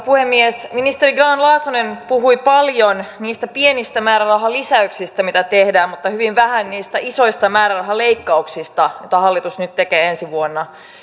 puhemies ministeri grahn laasonen puhui paljon niistä pienistä määrärahalisäyksistä mitä tehdään mutta hyvin vähän niistä isoista määrärahaleikkauksista joita hallitus nyt tekee ensi vuonna ja